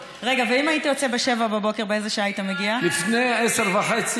רגע, ואם היית יוצא ב-07:00, באיזו שעה היית מגיע?